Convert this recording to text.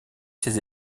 ses